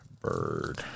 bird